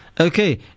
Okay